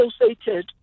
associated